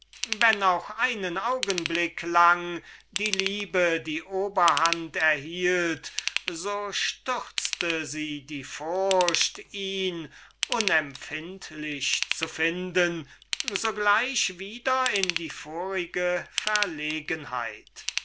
wenn auch einen augenblick darauf die liebe wieder die oberhand erhielt so stürzte sie die furcht ihn unempfindlich zu finden sogleich wieder in die vorige verlegenheit